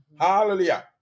Hallelujah